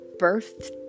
birth